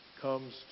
comes